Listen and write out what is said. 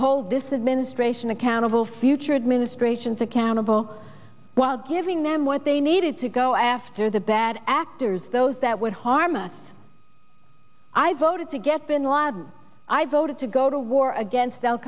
hold this administration accountable future administrations accountable while giving them what they needed to go after the bad actors those that would harm us i voted to get bin laden i voted to go to war against al